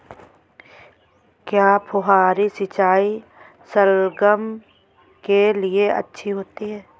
क्या फुहारी सिंचाई शलगम के लिए अच्छी होती है?